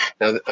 now